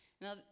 Now